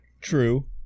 True